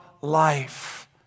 life